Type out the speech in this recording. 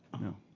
No